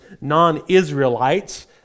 non-Israelites